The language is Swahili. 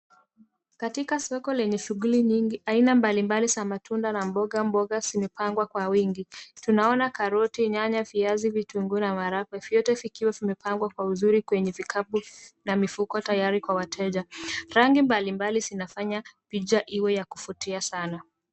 Katika soko lenye shughuli nyingi, aina mbalimbali za matunda na mboga mboga zimepangwa kwa wingi. Tunaona karoti, nyanya, viazi, vitunguu na maharagwe vyote vikiwa vimepangwa kwa uzuri kwenye vikapu na mifuko tayari kwa wateja. Rangi mbalimbali zinafanya picha iwe ya kuvutia sana.